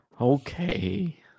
okay